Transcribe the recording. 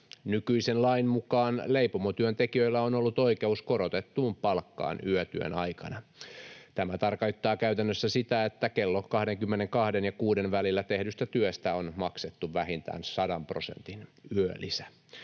Nykyisen lain mukaan leipomotyöntekijöillä on ollut oikeus korotettuun palkkaan yötyön aikana. Tämä tarkoittaa käytännössä sitä, että kello 22:n ja 6:n välillä tehdystä työstä on maksettu vähintään 100 prosentin yölisä.